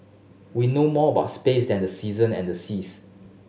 we know more about space than the season and the seas